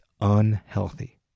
unhealthy